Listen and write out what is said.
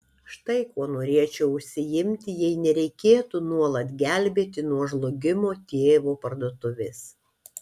štai kuo norėčiau užsiimti jei nereikėtų nuolat gelbėti nuo žlugimo tėvo parduotuvės